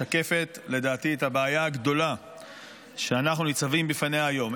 היא משקפת את הבעיה הגדולה שאנחנו ניצבים בפניה היום.